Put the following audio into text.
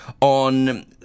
on